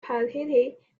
petite